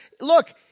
look